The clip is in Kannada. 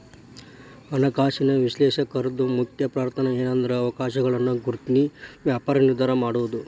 ಹಣಕಾಸಿನ ವಿಶ್ಲೇಷಕರ್ದು ಮುಖ್ಯ ಪಾತ್ರಏನ್ಂದ್ರ ಅವಕಾಶಗಳನ್ನ ಗುರ್ತ್ಸಿ ವ್ಯಾಪಾರ ನಿರ್ಧಾರಾ ಮಾಡೊದು